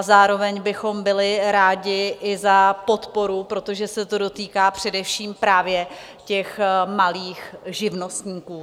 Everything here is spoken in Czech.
Zároveň bychom byli rádi i za podporu, protože se to dotýká především právě malých živnostníků.